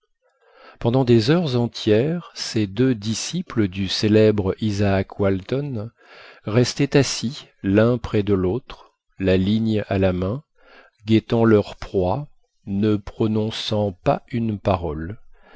pendant des heures entières ces deux disciples du célèbre isaac walton restaient assis l'un près de l'autre la ligne à la main guettant leur proie ne prononçant pas une parole